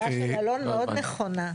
אז ההערה של אלון מאוד נכונה.